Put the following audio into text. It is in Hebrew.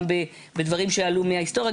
גם בדברים שעלו מההיסטוריה.